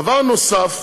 דבר נוסף